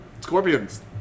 scorpions